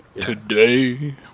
Today